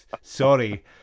sorry